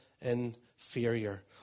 inferior